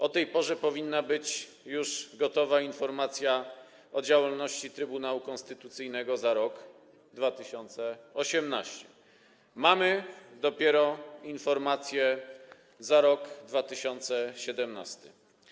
O tej porze powinna być już gotowa informacja o działalności Trybunału Konstytucyjnego za rok 2018, mamy dopiero informację za rok 2017.